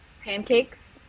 pancakes